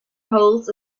holds